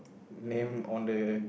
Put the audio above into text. name on the